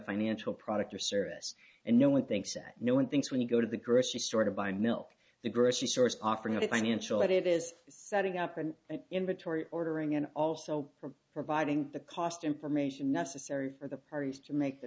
financial product or service and no one thinks that no one thinks when you go to the grocery store to buy milk the grocery stores offer to buy natural that it is setting up an inventory ordering and also for providing the cost information necessary for the parties to make the